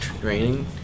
training